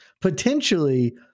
Potentially